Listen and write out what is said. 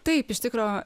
taip iš tikro